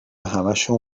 همهشون